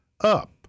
up